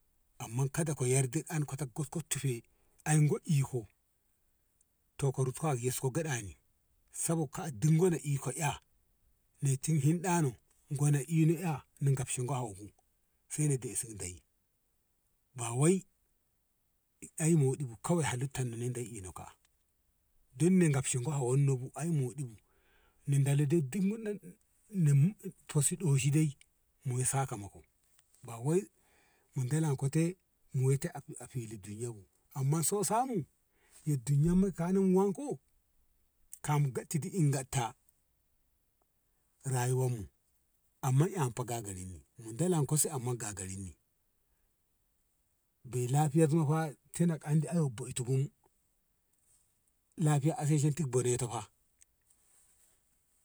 Amma kada ko yardan ankon kan ko tufe angon iko toka rutta isko gaɗame sabot ka at ingo iko eh ni tin hinɗano gona ino eh na gabsho go aubu se na deisi ndeyi ba wai ei moɗi bu kawai halittan ni dei eni ka don na gabsho go hawanna bu ai moɗi bu na dole dai duk fosi ɗoshi dai muyi sakamako bawai mu dalan ko tai muyye ta a fili duniya bu amman so samu yo duniya kanan wamko kamu gattadi inganta rayuwa mu amma eh fa gagarinni mu dalanka se amma gagarin ni be lafiya tina fa tina eh bete hum lafiyya a sheshe nen ti benente fa.